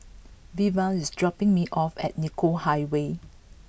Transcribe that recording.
Veva is dropping me off at Nicoll Highway